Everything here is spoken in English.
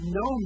no